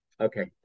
okay